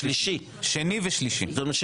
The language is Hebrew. זאת אומרת,